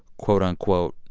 quote, unquote,